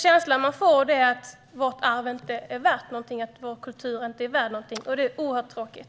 Känslan som man får är att vårt kulturarv inte är värt någonting, och det är oerhört tråkigt.